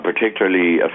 particularly